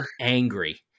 angry